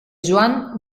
yuan